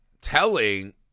telling